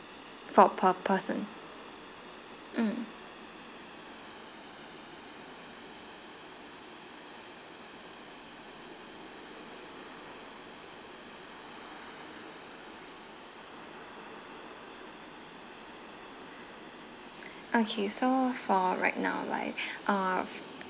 for per person um okay so for right now right uh